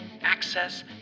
access